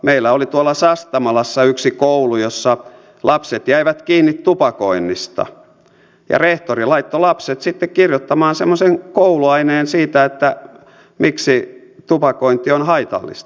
meillä oli tuolla sastamalassa yksi koulu jossa lapset jäivät kiinni tupakoinnista ja rehtori laittoi lapset sitten kirjoittamaan semmoisen kouluaineen siitä että miksi tupakointi on haitallista